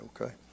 okay